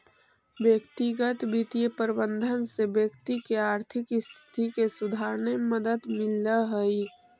व्यक्तिगत वित्तीय प्रबंधन से व्यक्ति के आर्थिक स्थिति के सुधारने में मदद मिलऽ हइ